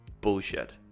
Bullshit